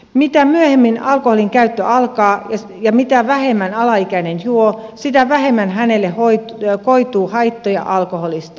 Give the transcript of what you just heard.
mitä myöhemmin alkoholinkäyttö alkaa ja mitä vähemmän alaikäinen juo sitä vähemmän hänelle koituu haittoja alkoholista